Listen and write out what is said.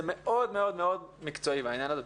זה מאוד מאוד מקצועי בעניין הזה.